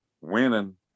winning